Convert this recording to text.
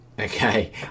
okay